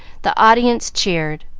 the audience cheered.